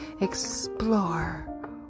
Explore